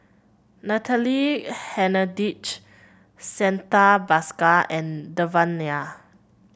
Natalie Hennedige Santha Bhaskar and Devan Nair